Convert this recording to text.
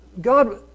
God